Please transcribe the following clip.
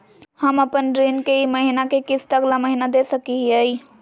हम अपन ऋण के ई महीना के किस्त अगला महीना दे सकी हियई?